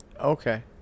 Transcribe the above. okay